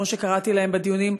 וכמו שקראתי להם בדיונים,